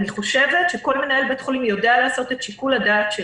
אני חושבת שכל מנהל בית חולים יודע לעשות שיקול דעת,